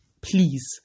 Please